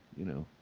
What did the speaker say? you know,